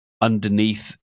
underneath